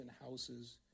houses